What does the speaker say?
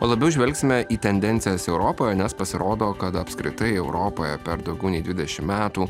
o labiau žvelgsime į tendencijas europoje nes pasirodo kad apskritai europoje per daugiau nei dvidešim metų